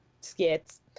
skits